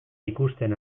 ikusten